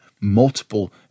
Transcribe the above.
multiple